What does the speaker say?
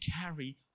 carry